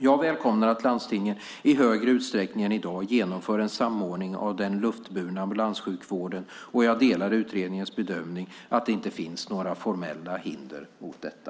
Jag välkomnar att landstingen i större utsträckning än i dag genomför en samordning av den luftburna ambulanssjukvården och jag delar utredningens bedömning att det inte finns några formella hinder mot detta.